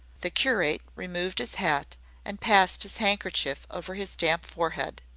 the curate removed his hat and passed his handkerchief over his damp forehead,